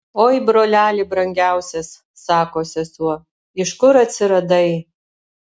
oi broleli brangiausias sako sesuo iš kur atsiradai